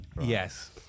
Yes